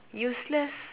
useless